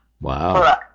Wow